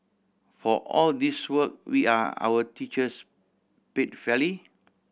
for all this work we are our teachers paid fairly